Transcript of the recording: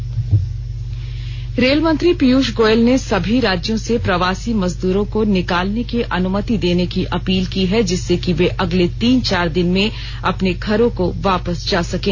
प्रवासी मजदूर रेलमंत्री पीयूष गोयल ने सभी राज्यों से प्रवासी मजदूरों को निकालने की अनुमति देने की अपील की है जिससे कि वे अगले तीन चार दिन में अपने घरों को वापस जा सकें